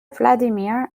vladimir